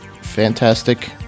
fantastic